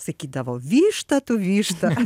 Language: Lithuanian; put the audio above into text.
sakydavo višta tu višta